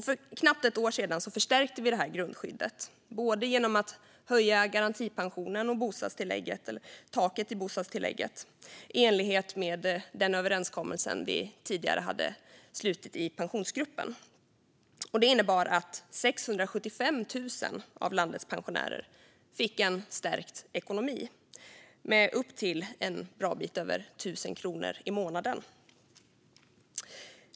För knappt ett år sedan förstärkte vi det grundskyddet, både genom höjd garantipension och höjt tak i bostadstillägget, i enlighet med överenskommelsen vi tidigare hade slutit i Pensionsgruppen. Det innebar att 675 000 av landets pensionärer fick en stärkt ekonomi med upp till en bra bit över 1 000 kronor i månaden.